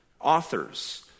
authors